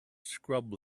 scrub